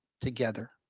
together